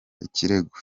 ikirego